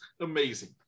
amazing